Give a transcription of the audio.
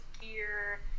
gear